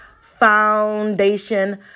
Foundation